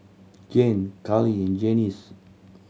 Jane Karli and Janis